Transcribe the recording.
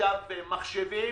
עכשיו מחשבים,